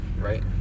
Right